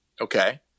Okay